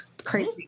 crazy